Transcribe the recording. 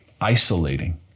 Isolating